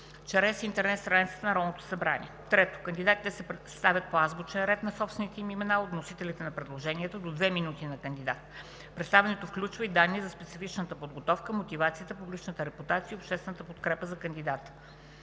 чрез интернет страницата на Народното събрание. 3. Кандидатите се представят по азбучен ред на собствените им имена от вносителите на предложенията – до две минути на кандидат. Представянето включва и данни за специфичната подготовка, мотивацията, публичната репутация и обществената подкрепа за кандидата.